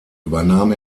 übernahm